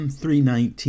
319